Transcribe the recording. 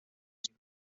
sir